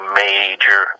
major